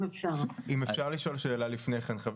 אם אפשר לשאול שאלה לפני כן.